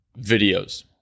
videos